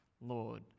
Lord